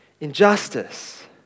injustice